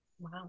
Wow